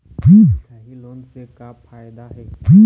दिखाही लोन से का फायदा हे?